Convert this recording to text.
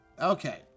Okay